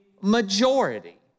majority